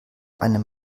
eine